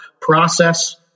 process